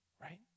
right